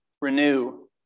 renew